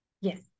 Yes